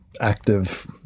active